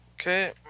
Okay